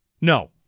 No